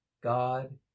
God